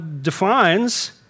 defines